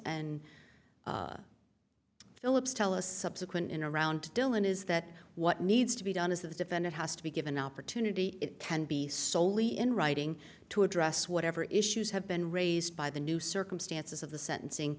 and phillips tell us subsequent in around dylan is that what needs to be done is that the defendant has to be given an opportunity it can be soley in writing to address whatever issues have been raised by the new circumstances of the sentencing